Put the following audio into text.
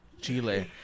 Chile